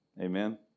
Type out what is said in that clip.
Amen